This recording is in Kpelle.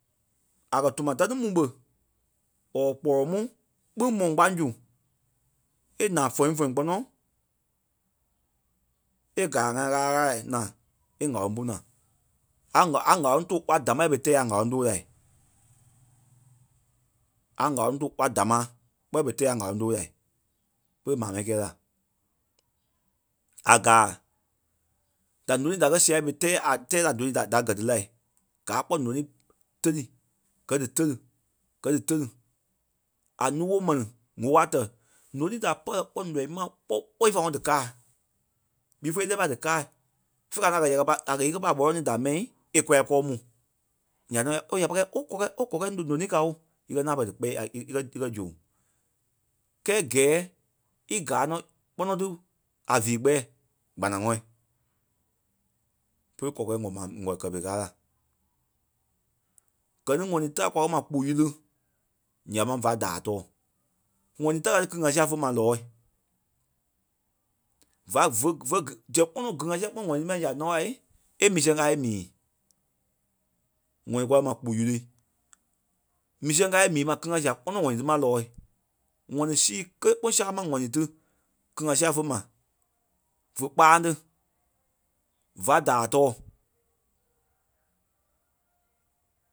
a kɛ̀ tuma ta ní mu ɓé or kpɔlɔ mu kpîŋ mɔlɔŋ kpaâŋ su. A naa fɛŋfɛŋ kpɔnɔ é gala ŋai ɣála ɣála naa e ŋ̀áloŋ pú naa. A- a ŋ̀áloŋ tóo kpɔ́ a damaa yɛ ɓerei tɛ́ɛ a ŋ̀áloŋ tóo lai. A ŋ̀áloŋ tóo kpɔ́ a damaa ɓɛ berei tɛ́ɛ a ŋ̀áloŋ tóo la pe maa mɛni kɛɛ la. A gaa da ǹúu ta kɛ́ sia ɓé tãi a tɛɛ la dou da gɛ ti la. Gaa kpɔ́ nônii ti teli gɛ́ dí teli gɛ́ dí teli a nuu woo mɛni ŋ̀óo a tɛ̀ nônii da pɛlɛ kpɔ́ nɔii ma kpɔ́ kpɔ ífa ŋɔnɔ dí kaa. Before í lɛ́ɛ pai dí kâa fe e kɛ̀ ye pai ɓɔlɔnii da mɛi e kula íkɔɔ mu nyaa tɔnɔ ooo ya pɔri kɛi oo kɔkɛ̂ɛ oo kɔkɛ̂ɛ no- nônii ka ŋí oo. Í kɛ́ ŋaŋ pɛlɛ dí kpɛ a e- e- e kɛ̀- e kɛ̀ zoŋ. Kɛ́ɛ gɛɛ í gaa nɔ kpɔnɔ ti a vii kpɛɛ kpanaŋɔɔ. Bere kɔkɛ̂ɛ wɔ̀ ma wɔ̀ kɛ́ pere kaa la. Gɛ ni ŋɔni ta kwa kɛ̀ ma kpuɣíri ya máŋ va daai tɔɔ. ŋɔni ta ka ti kili-ŋa sia fé ma lɔɔ̂i. Va ve- ve- zɛ̀ŋ kpɔnɔ kili-ŋa sia kpɔ- ŋɔni ti ma ya nɔ ɓa e mii sɛŋ káa e mii. ŋɔni kwa ma kpuɣyíri. Mii sɛŋ káa í mii maa kili-ŋa sia kpɔnɔ ŋɔni ti ma lɔɔ̂i. ŋɔni sii kélee ɓôŋ sâmai ŋ̀ɔnii ti kili-ŋa sii fe ma. Vé kpaâŋ ni. Va daai tɔɔ.